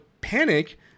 Panic